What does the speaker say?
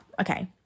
okay